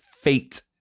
fate